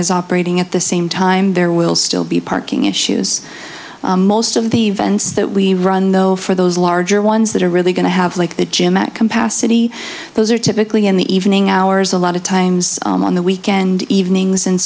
is operating at the same time there will still be parking issues most of the events that we run though for those larger ones that are really going to have like the gym at compasses those are typically in the evening hours a lot of times on the weekend evenings and